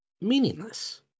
meaningless